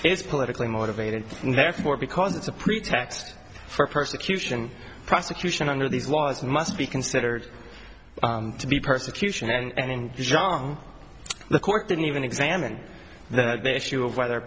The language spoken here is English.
is politically motivated and therefore because it's a pretext for persecution prosecution under these laws must be considered to be persecution and junk the court didn't even examine that the issue of whether